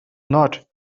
not